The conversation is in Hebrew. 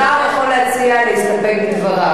השר יכול להציע להסתפק בדבריו.